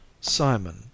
Simon